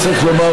צריך לומר,